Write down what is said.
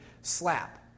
slap